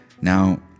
Now